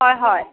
হয় হয়